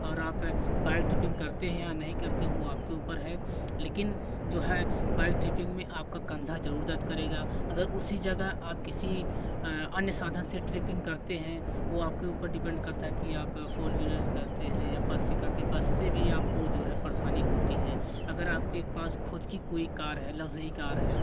और आप bike tripping करते हैं या नहीं करते हो वह आपके ऊपर है लेकिन जो है बाइक ट्रिपिंग में आपका कंधा ज़रूर दर्द करेगा अगर उसी जगह आप किसी अन्य साधन से ट्रिपिंग करते हैं वह आपके ऊपर डिपेंड करता है कि आप फोर व्हीलर से करते हैं या बस से करते हैं बस से आपको जो है परेशानी होती है अगर आपके पास खुद की कोई कार है लग्ज़री कार है